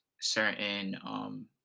certain